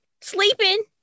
sleeping